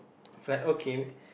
flat okay